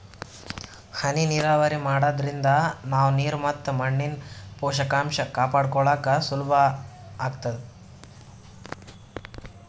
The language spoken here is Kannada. ಹನಿ ನೀರಾವರಿ ಮಾಡಾದ್ರಿಂದ ನಾವ್ ನೀರ್ ಮತ್ ಮಣ್ಣಿನ್ ಪೋಷಕಾಂಷ ಕಾಪಾಡ್ಕೋಳಕ್ ಸುಲಭ್ ಆಗ್ತದಾ